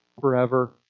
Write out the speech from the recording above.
forever